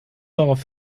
darauf